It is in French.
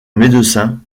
médecin